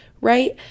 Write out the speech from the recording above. right